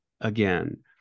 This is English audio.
again